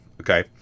Okay